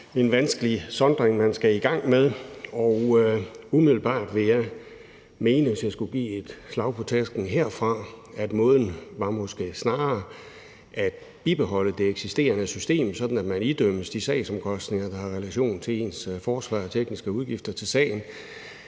en vanskelig sondring, man skal i gang med. Umiddelbart vil jeg mene, hvis jeg skulle give et slag på tasken herfra, at måden måske snarere var at bibeholde det eksisterende system, sådan at man idømmes de sagsomkostninger, der har relation til ens forsvar og tekniske udgifter til sagen,